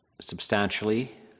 substantially